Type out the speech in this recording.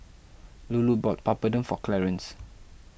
Lulu bought Papadum for Clarence